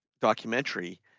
documentary